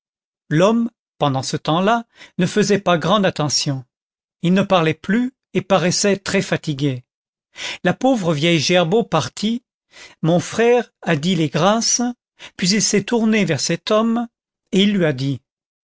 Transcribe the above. l'homme pendant ce temps-là ne faisait pas grande attention il ne parlait plus et paraissait très fatigué la pauvre vieille gerbaud partie mon frère a dit les grâces puis il s'est tourné vers cet homme et il lui a dit